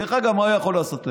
דרך אגב, מה הוא יכול לעשות להם?